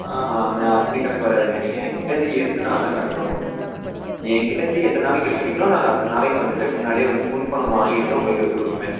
ஆஹான் அது அப்படி கணக்கு வராதுங்க நீங்கள் எங்கள்க் கிட்டேயிருந்து எடுத்த நாள் தான் கணக்கு வரும் நீங்கள் எங்கள்க் கிட்டேயிருந்து எத்தனை நாளைக்கு எடுத்திருக்கிங்களோ நாங்கள் அத்தனை நாளைக்கு வந்துட்டு முன்னாடியே வந்து முன்பணம் வாங்கிட்டு தான் உங்களுக்கு கொடுப்போமே